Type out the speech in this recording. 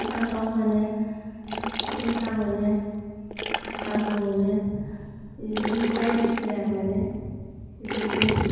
फान्थाव मोनो जिंखा मोनो आलु मोनो बिदिनो बायदिसिना मोनो बिफोरखो